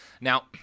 Now